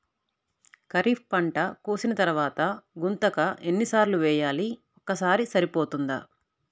ఖరీఫ్ పంట కోసిన తరువాత గుంతక ఎన్ని సార్లు వేయాలి? ఒక్కసారి సరిపోతుందా?